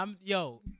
Yo